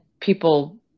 people